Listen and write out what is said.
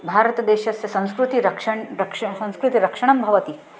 भारतदेशस्य संस्कृतेः रक्षणं रक्ष संस्कृतिरक्षणं भवति